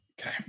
Okay